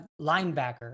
linebacker